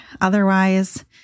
Otherwise